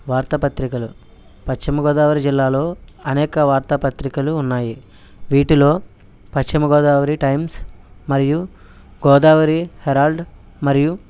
వార్తా పత్రికలు పశ్చిమ గోదావరి జిల్లాలో అనేక వార్తా పత్రికలు ఉన్నాయి వీటిలో పశ్చిమ గోదావరి టైమ్స్ మరియు గోదావరి హెరాల్డ్ మరియు